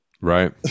Right